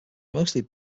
mostly